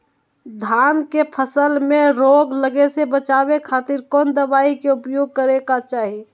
धान के फसल मैं रोग लगे से बचावे खातिर कौन दवाई के उपयोग करें क्या चाहि?